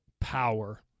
power